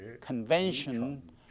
Convention